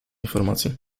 informacji